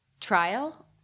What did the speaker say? trial